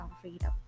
Freedom